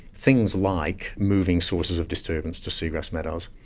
things like moving sources of disturbance to seagrass meadows.